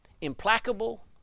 implacable